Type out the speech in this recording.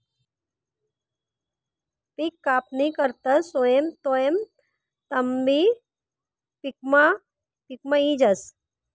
पिक कापणी करतस तवंय तणबी पिकमा यी जास